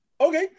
okay